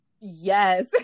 yes